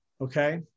Okay